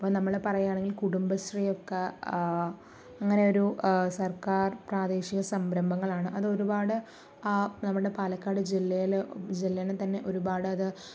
ഇപ്പോൾ നമ്മള് പറയുകയാണെങ്കിൽ കുടുംബശ്രീ ഒക്കെ അങ്ങനെ ഒരു സർക്കാർ പ്രാദേശിക സംരംഭങ്ങളാണ് അത് ഒരുപാട് നമ്മുടെ പാലക്കാട് ജില്ലയിലെ ജില്ലേനെത്തന്നെ ഒരുപാട് അത്